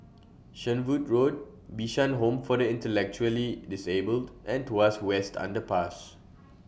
Shenvood Road Bishan Home For The Intellectually Disabled and Tuas West Underpass